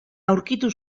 aurkitu